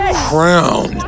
crown